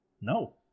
No